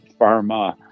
pharma